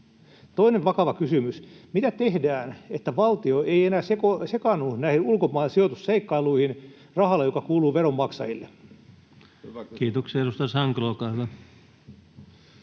Toinen vakava kysymys: Mitä tehdään, jotta valtio ei enää sekaannu näihin ulkomaan sijoitusseikkailuihin rahalla, joka kuuluu veronmaksajille? Kiitoksia. — Edustaja Sankelo,